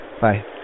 Bye